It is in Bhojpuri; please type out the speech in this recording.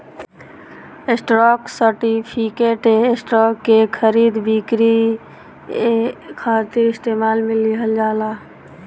स्टॉक सर्टिफिकेट, स्टॉक के खरीद बिक्री खातिर इस्तेमाल में लिहल जाला